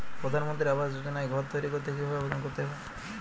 প্রধানমন্ত্রী আবাস যোজনায় ঘর তৈরি করতে কিভাবে আবেদন করতে হবে?